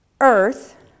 earth